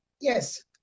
Yes